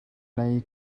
lei